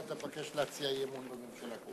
לכן אתה מבקש להציע אי-אמון בממשלה.